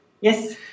Yes